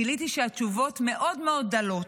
גיליתי שהתשובות מאוד מאוד דלות.